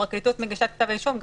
הפרקליטות מגישה כתב אישום,